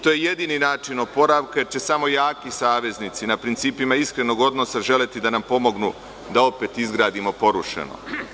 To je jedini način oporavka, jer će samo jaki saveznici na principima iskrenog odnosa želeti da nam pomognu da opet izgradimo porušeno.